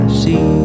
see